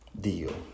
deal